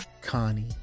connie